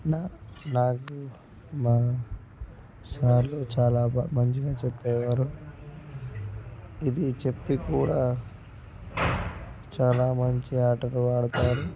నాకు మా సార్లు చాలా బాగా మంచిగా చెప్పేవారు ఇది చెప్పి కూడా చాలా మంచి ఆటలు ఆడుతారు